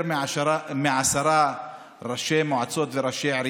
יותר מעשרה ראשי מועצות וראשי ערים